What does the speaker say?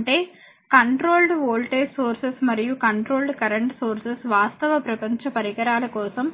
అంటే controlled voltage sources మరియు controlled current sources వాస్తవ ప్రపంచ పరికరాల కోసం